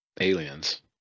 aliens